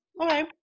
Okay